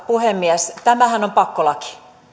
puhemies tämähän on pakkolaki